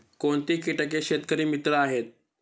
कोणती किटके शेतकरी मित्र आहेत?